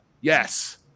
Yes